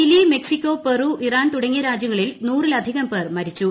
Chile Mexico Peru Iran തുടങ്ങിയ രാജ്യങ്ങ ളിൽ നൂറിലധികം പേർ മരിച്ചു